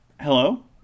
Hello